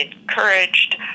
encouraged